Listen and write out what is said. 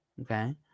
Okay